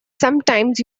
sometimes